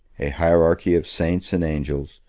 a hierarchy of saints and angels,